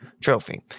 Trophy